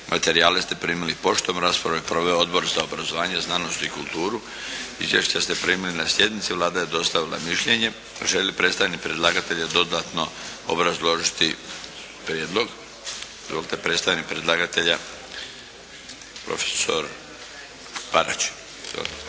Materijale ste primili poštom. Raspravu je proveo Odbor za obrazovanje, znanost i kulturu. Izvješća ste primili na sjednici. Vlada je dostavila mišljenje. Želi li predstavnik predlagatelja dodatno obrazložiti prijedlog? Izvolite, predstavnik predlagatelja, prof. Parać.